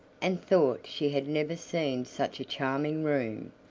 and thought she had never seen such a charming room.